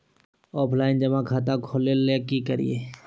Offline जमा खाता खोले ले की करिए?